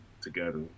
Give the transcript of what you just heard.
together